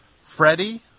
freddie